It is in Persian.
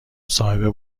صاحب